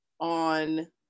on